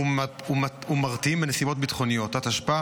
ומתריעים בנסיבות ביטחוניות), התשפ"ה